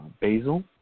basil